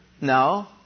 No